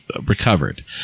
recovered